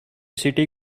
city